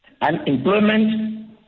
unemployment